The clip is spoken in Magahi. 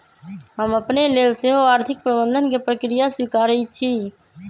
हम अपने लेल सेहो आर्थिक प्रबंधन के प्रक्रिया स्वीकारइ छी